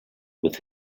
with